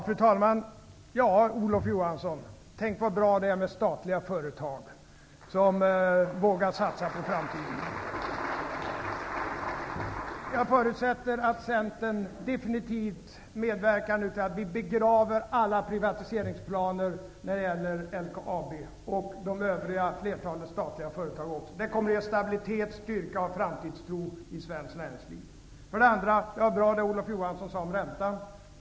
Fru talman! Ja, Olof Johansson, tänk vad bra det är med statliga företag, som vågar satsa på framtiden. Jag förutsätter att Centern definitivt medverkar till att vi begraver alla privatiseringsplaner när det gäller LKAB och flertalet övriga statliga företag. Det kommer att ge stabilitet, styrka och framtidstro i svenskt näringsliv. Det Olof Johansson sade om räntan var bra.